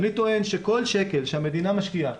אני טוען שכל שקל שהמדינה משקיעה